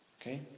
Okay